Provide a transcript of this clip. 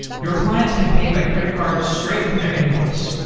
your clients can pay by credit card straight from their invoice.